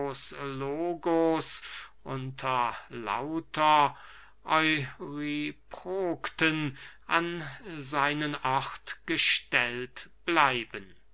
unter lauter euryprokten an seinen ort gestellt bleiben